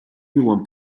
viuen